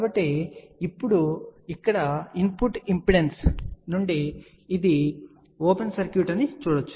కాబట్టి ఇప్పుడు ఇక్కడ ఇన్పుట్ ఇంపెడెన్స్ నుండి ఇది ఓపెన్ సర్క్యూట్ అని చూడవచ్చు